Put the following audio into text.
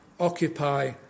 Occupy